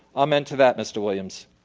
amen to that, mr. williams.